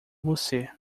você